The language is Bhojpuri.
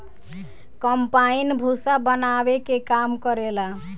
कम्पाईन भूसा बानावे के काम करेला